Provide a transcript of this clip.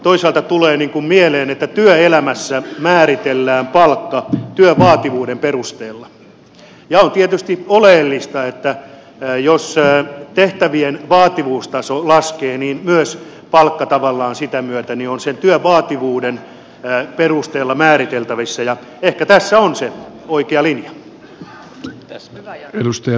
toisaalta tulee niin kuin mieleen että työelämässä määritellään palkka työn vaativuuden perusteella ja on tietysti oleellista että jos tehtävien vaativuustaso laskee niin myös palkka tavallaan sitä myöten on sen työn vaativuuden perusteella määriteltävissä ja ehkä tässä on se oikea linja